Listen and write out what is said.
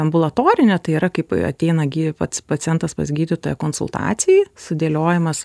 ambulatorinė tai yra kaip ateina gi pats pacientas pas gydytoją konsultacijai sudėliojimas